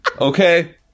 Okay